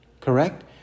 Correct